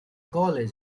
college